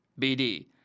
BD